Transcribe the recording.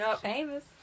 Famous